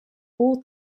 all